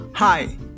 Hi